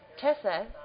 Tessa